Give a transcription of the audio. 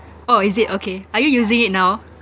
oh is it okay are you using it now